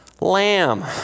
lamb